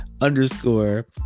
underscore